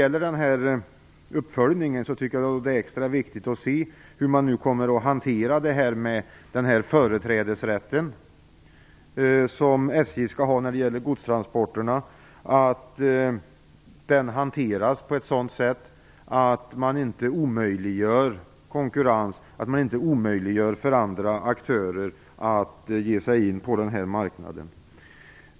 När det gäller uppföljningen tycker jag dock att det är extra viktigt att se hur man kommer att hantera företrädesrätten som SJ skall ha för godstransporter. Den bör hanteras på ett sådant sätt att man inte omöjliggör konkurrens, att man inte omöjliggör för andra aktörer att ge sig in på den här marknaden.